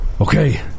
Okay